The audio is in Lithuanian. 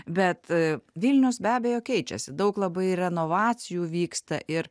bet vilnius be abejo keičiasi daug labai renovacijų vyksta ir